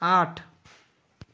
आठ